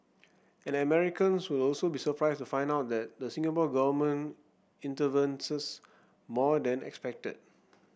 and Americans will also be surprised to find out that the Singapore Government intervenes more than expected